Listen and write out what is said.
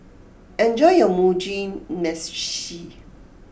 enjoy your Mugi Meshi